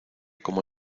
como